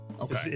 Okay